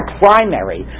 primary